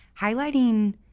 highlighting